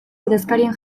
ordezkarien